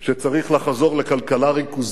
שצריך לחזור לכלכלה ריכוזית